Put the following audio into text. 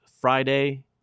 Friday